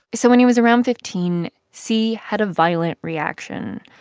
so when he was around fifteen, c had a violent reaction.